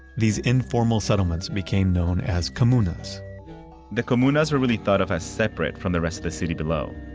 these informal settlements became known as comunas the comunas were really thought of as separate from the rest of the city below,